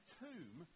tomb